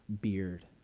beard